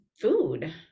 food